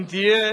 אם תהיה